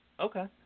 Okay